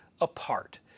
apart